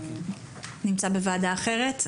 הוא נמצא בוועדה אחרת.